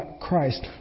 Christ